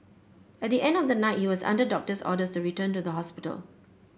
at the end of the night he was under doctor's orders to return to the hospital